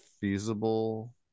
feasible